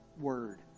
word